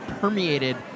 permeated